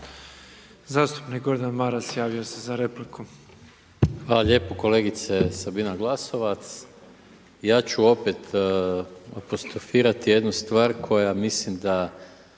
Zastupnik Gordan Maras javio se za repliku. **Maras, Gordan (SDP)** Hvala lijepo kolegice Sabina Glasovac. Ja ću opet apostrofirati jednu stvar koja mislim da